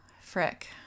Frick